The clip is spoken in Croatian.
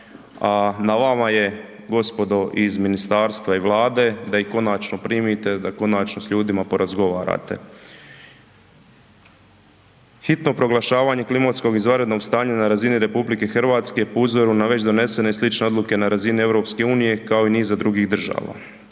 a na vama je gospodo iz ministarstva i Vlade da ih konačno primite, da konačno s ljudima porazgovarate. Hitno proglašavanje klimatskog izvanrednog stanja na razini RH po uzoru na već donesene i slične odluke na razini EU, kao i niza drugih država.